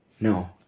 No